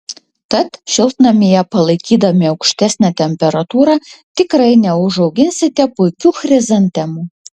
tad šiltnamyje palaikydami aukštesnę temperatūrą tikrai neužauginsite puikių chrizantemų